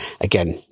again